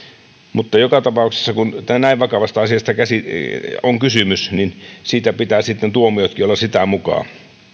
mutta joka tapauksessa kun näin vakavasta asiasta on kysymys siitä pitää sitten tuomioidenkin olla sitä mukaa